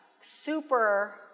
super